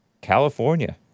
California